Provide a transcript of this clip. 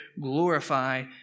glorify